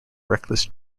reckless